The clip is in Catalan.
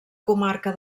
comarca